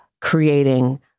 creating